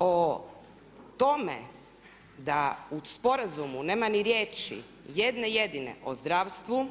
O tome da u sporazumu nema ni riječi jedne, jedine o zdravstvu,